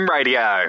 Radio